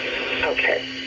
Okay